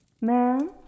Ma'am